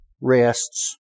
rests